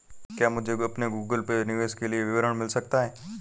क्या मुझे अपने गूगल पे निवेश के लिए विवरण मिल सकता है?